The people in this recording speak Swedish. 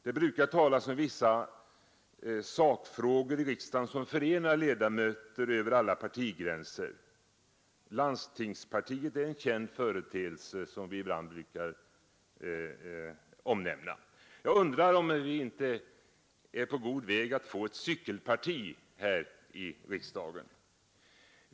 Det brukar talas om vissa sakfrågor i riksdagen som förenar ledamöter över alla partigränser. Landstingspartiet är en känd företeelse som vi ibland omnämner. Jag undrar om vi inte är på god väg att få ett cykelparti här i riksdagen.